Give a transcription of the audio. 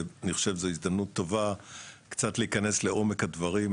ואני חושב שזו הזדמנות טובה קצת להיכנס לעומק הדברים.